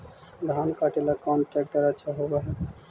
धान कटे ला कौन ट्रैक्टर अच्छा होबा है?